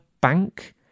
bank